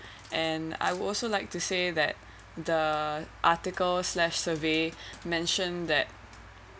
and I also like to say that the article slash survey mention that